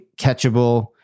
catchable